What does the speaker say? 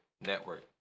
Network